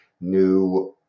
new